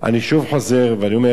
אני שוב חוזר ואני אומר,